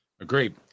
Agreed